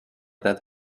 that